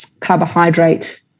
Carbohydrate